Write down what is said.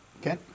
Okay